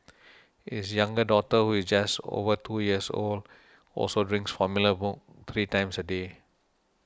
his younger daughter who is just over two years old also drinks formula milk three times a day